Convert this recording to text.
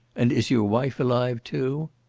and is your wife alive too?